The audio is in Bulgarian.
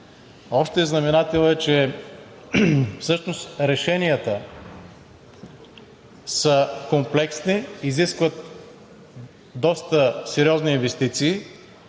Общият знаменател е, че всъщност решенията са комплексни, изискват доста сериозни инвестиции